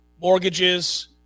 mortgages